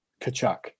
Kachuk